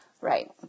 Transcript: Right